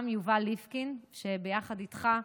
גם יובל ליפקין, שביחד איתך,